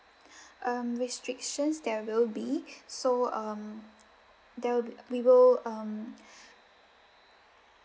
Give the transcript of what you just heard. um restrictions there will be so um there'll we will um